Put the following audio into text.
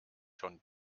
schon